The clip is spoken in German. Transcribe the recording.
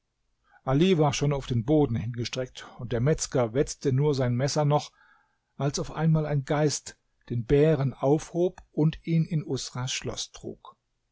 ali war schon auf den boden hingestreckt und der metzger wetzte nur sein messer noch als auf einmal ein geist den bären aufhob und ihn in usras schloß trug